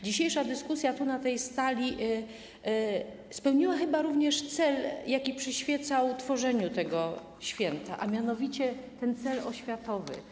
Dzisiejsza dyskusja na tej sali spełniła chyba również cel, jaki przyświecał ustanowieniu tego święta, a mianowicie cel oświatowy.